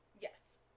yes